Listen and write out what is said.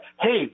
hey